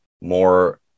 more